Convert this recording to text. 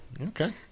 Okay